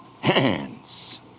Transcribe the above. hands